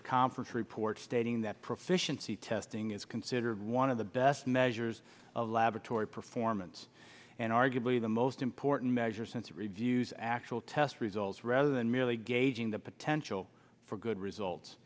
conference report stating that proficiency testing is considered one of the best measures of laboratory performance and arguably the most important measure since reviews actual test results rather than merely gauging the potential for good results